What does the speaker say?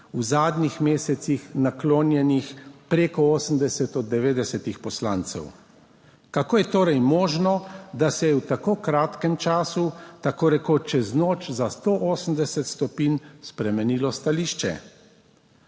v zadnjih mesecih naklonjenih preko 80 od 90 poslancev. Kako je torej možno, da se je v tako kratkem času, tako rekoč čez noč za 180 stopinj spremenilo stališče?